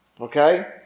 okay